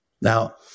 Now